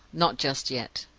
not just yet.